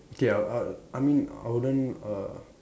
okay I'd I'd I mean I wouldn't uh